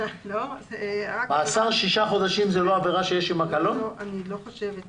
אני חושבת שלא.